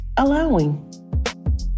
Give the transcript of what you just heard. allowing